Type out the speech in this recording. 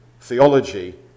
theology